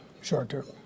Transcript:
short-term